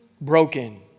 broken